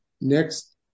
next